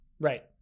Right